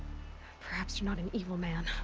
perhaps you're not an evil man.